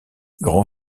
grand